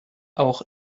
auch